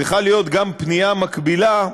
המצביעים להן הוא גבוה,